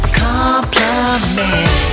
compliment